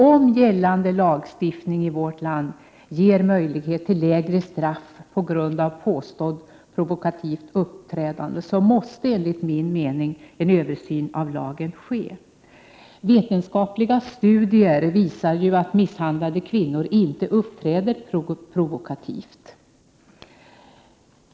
Om gällande lagstiftning ger möjlighet till lägre straff på grund av påstått provokativt uppträdande, måste enligt min mening en översyn av lagen ske. Vetenskapliga studier visar att misshandlade kvinnor inte uppträder provokativt.